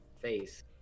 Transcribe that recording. face